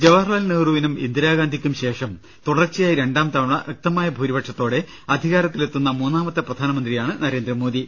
ജവഹർലാൽ നെഹ്റുവിനും ഇന്ദിരാഗാന്ധിക്കും ശേഷം തുടർച്ചയായ രണ്ടാം തവണ വ്യക്തമായ ഭൂരിപക്ഷത്തോടെ അധികാരത്തിലെത്തുന്ന മൂന്നാമത്തെ പ്രധാനമന്ത്രിയാണ് നരേന്ദ്രമോദി